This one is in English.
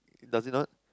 does it not